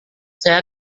saya